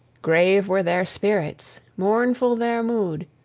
grave were their spirits, mournful their mood.